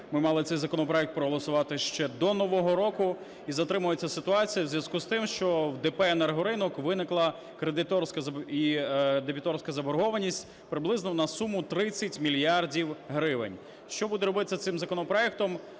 ми мали цей законопроект проголосувати ще до нового року, і затримується ситуація у зв'язку з тим, що в ДП "Енергоринок" виникла кредиторська і дебіторська заборгованість приблизно на суму 30 мільярдів гривень. Що буде робитися цим законопроектом?